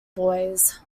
boys